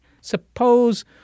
Suppose